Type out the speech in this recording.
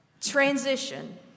Transition